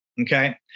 Okay